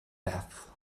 death